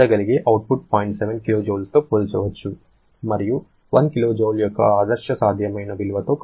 7 kJతో పోల్చవచ్చు మరియు 1 kJ యొక్క ఆదర్శ సాధ్యమైన విలువతో కాదు